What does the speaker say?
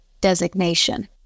designation